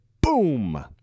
boom